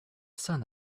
sun